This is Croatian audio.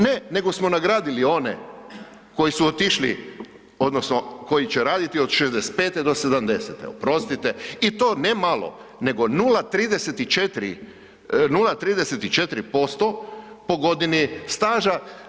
Ne, nego smo nagradili one koji su otišli odnosno koji će raditi od 65.do 70.oprostite i to ne malo nego 0,34% po godini staža.